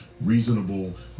reasonable